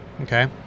Okay